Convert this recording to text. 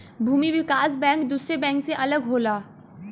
भूमि विकास बैंक दुसरे बैंक से अलग होला